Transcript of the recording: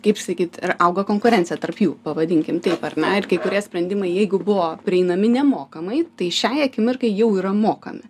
kaip sakyt ir auga konkurencija tarp jų pavadinkim taip ar ne ir kai kurie sprendimai jeigu buvo prieinami nemokamai tai šiai akimirkai jau yra mokami